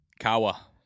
kawa